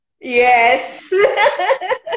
Yes